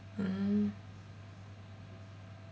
mm